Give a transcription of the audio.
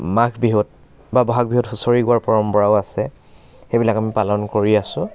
মাঘ বিহুত বা বহাগ বিহুত হুঁচৰি গোৱাৰ পৰম্পৰাও আছে সেইবিলাক আমি পালন কৰি আছো